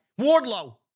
Wardlow